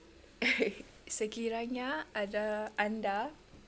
sekiranya ada anda